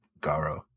Garo